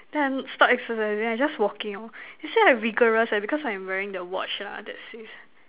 then I stop exercising I just walking orh they say I vigorous eh because I'm wearing the watch ah that says